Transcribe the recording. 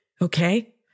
Okay